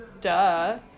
Duh